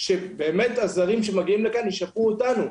שבאמת הזרים שמגיעים לכאן ישפרו אותנו.